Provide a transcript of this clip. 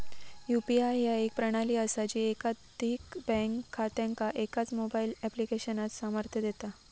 UPI ह्या एक प्रणाली असा जी एकाधिक बँक खात्यांका एकाच मोबाईल ऍप्लिकेशनात सामर्थ्य देता